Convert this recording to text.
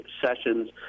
sessions